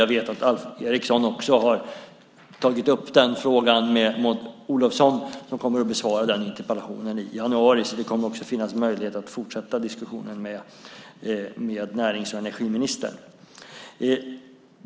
Jag vet att Alf Eriksson också har tagit upp denna fråga med Maud Olofsson, som kommer att besvara den interpellationen i januari, så det kommer att finnas möjlighet att fortsätta diskussionen med närings och energiministern.